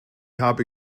habe